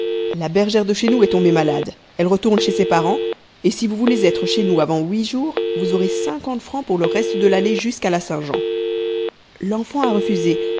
la bergère de chez nous est tombée malade elle retourne chez ses parents et si vous voulez être chez nous avant huit jours vous aurez cinquante francs pour le reste de l'année jusqu'à la saint-jean l'enfant a refusé